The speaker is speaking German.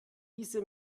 diese